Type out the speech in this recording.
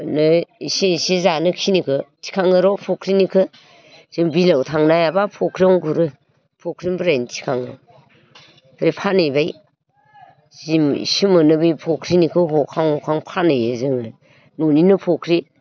ओरैनो इसे इसे जानोखिनिखौ थिखाङो र फख्रिनिखौ जों बिलोआव थांनो हायाबा फख्रियावनो गुरो फख्रिनिफ्रायनो थिखाङो ओमफ्राय फानैबाय जि इसे मोनो बे फख्रिनिखौ हखां हखां फानहैयो जोङो न'निनो फख्रि